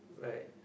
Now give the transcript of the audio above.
right